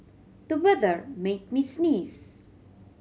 the weather made me sneeze